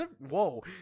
Whoa